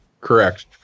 correct